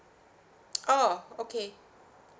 oh okay